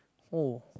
oh